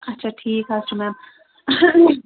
اچھا ٹھیٖک حظ چھُ میٚم